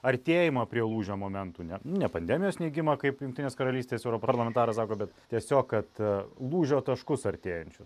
artėjimo prie lūžio momento ne pandemijos neigimą kaip jungtinės karalystės europarlamentaras sako bet tiesiog kad lūžio taškus artėjančius